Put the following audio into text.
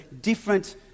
different